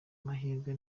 mahirwe